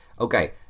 Okay